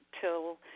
till